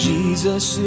Jesus